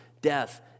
death